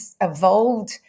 evolved